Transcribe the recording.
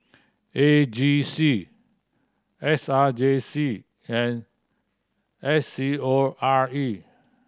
A G C S R J C and S C O R E